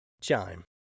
Chime